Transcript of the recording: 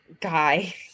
Guy